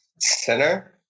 center